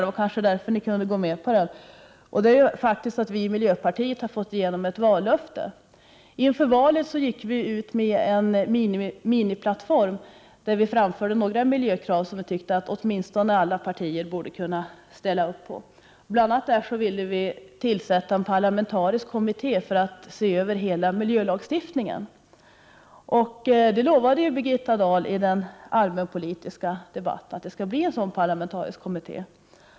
Det var kanske därför socialdemokraterna kunde gå med på det. Vi i miljöpartiet har faktiskt fått igenom ett vallöfte. Inför valet gick vi ut med en miniplattform där vi framförde några miljökrav som vi tyckte att alla partier borde kunna ställa upp på. Bl.a. ville vi tillsätta en parlamentarisk kommitté för att se över hela miljölagstiftningen. Birgitta Dahl lovade i den allmänpolitiska debatten att det skulle skapas en sådan kommitté.